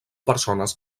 persones